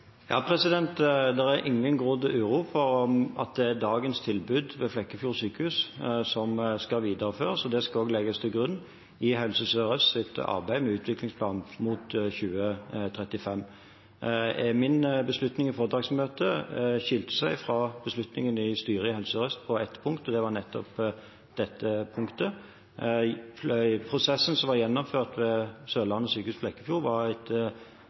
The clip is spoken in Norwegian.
er ingen grunn til uro for om dagens tilbud ved Flekkefjord sykehus skal videreføres, det skal også legges til grunn i Helse Sør-Østs arbeid med utviklingsplanen mot 2035. Min beslutning i foretaksmøtet skilte seg fra beslutningene i styret i Helse Sør-Øst på ett punkt, og det var nettopp dette punktet. Prosessen som var gjennomført ved Sørlandet sykehus Flekkefjord, var